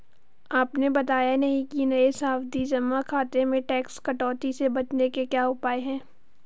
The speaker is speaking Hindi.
आपने बताया नहीं कि नये सावधि जमा खाते में टैक्स कटौती से बचने के क्या उपाय है?